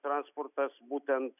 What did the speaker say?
transportas būtent